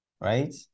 right